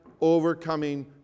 overcoming